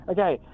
Okay